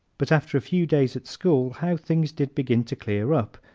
but after a few days at school how things did begin to clear up!